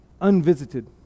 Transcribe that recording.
unvisited